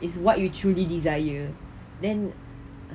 is what you truly desire then